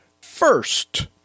first